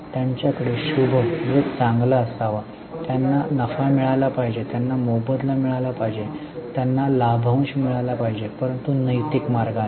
त्यांच्याकडे शुभ चांगला असावा त्यांना नफा मिळाला पाहिजे त्यांना मोबदला मिळाला पाहिजे त्यांना लाभांश मिळाला पाहिजे परंतु नैतिक मार्गाने